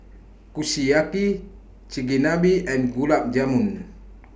Kushiyaki Chigenabe and Gulab Jamun